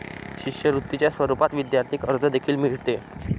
शिष्यवृत्तीच्या स्वरूपात विद्यार्थी कर्ज देखील मिळते